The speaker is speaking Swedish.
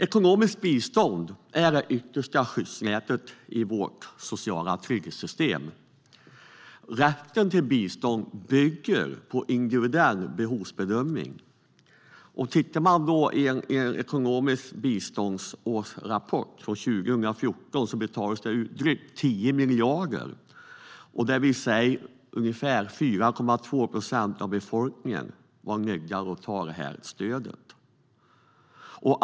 Ekonomiskt bistånd är det yttersta skyddsnätet i vårt sociala trygghetssystem. Rätten till bistånd bygger på en individuell behovsbedömning. Enligt Socialstyrelsens årsrapport om ekonomiskt bistånd från 2014 betalades det ut drygt 10 miljarder under 2014, och det var ungefär 4,2 procent av befolkningen som var nödgad att ta emot detta stöd.